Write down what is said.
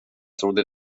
trodde